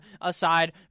aside